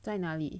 在哪里